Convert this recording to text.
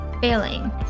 failing